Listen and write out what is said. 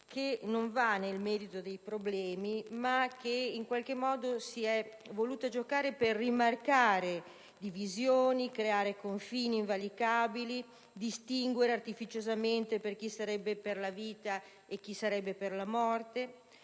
che non entra nel merito dei problemi. Si è voluto invece rimarcare divisioni, creare confini invalicabili, distinguere artificiosamente tra chi sarebbe per la vita e chi sarebbe per la morte.